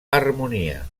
harmonia